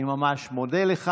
אני ממש מודה לך.